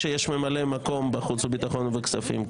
שיש ממלא מקום בחוץ וביטחון ובכספים,